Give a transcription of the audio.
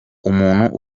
umuntu